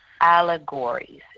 allegories